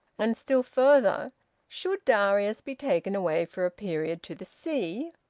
and still further should darius be taken away for a period to the sea,